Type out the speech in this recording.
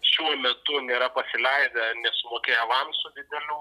šiuo metu nėra pasileidę nesumokėję avansų didelių